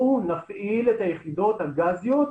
אנחנו בעלי הרישיון הבלעדי באזור הזה,